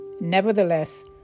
Nevertheless